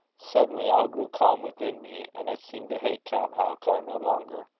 suddenly all grew calm within me, and i seemed to hate count halkar no longer.